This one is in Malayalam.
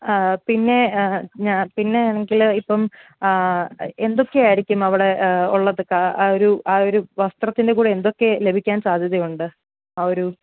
പിന്നെ ഞാൻ പിന്നെയാണെങ്കിൽ ഇപ്പം എന്തൊക്കെ ആയിരിക്കും അവിടെ ഉള്ളത് കാ ആ ഒരു ആ ഒരു വസ്ത്രത്തിൻ്റെ കൂടെ എന്തൊക്കെ ലഭിക്കാൻ സാധ്യതയുണ്ട് ആ ഒരു